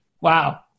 Wow